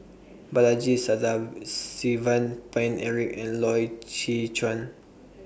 Balaji Sadasivan Paine Eric and Loy Chye Chuan